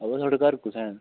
अबो थोहाड़े घर कु'त्थै न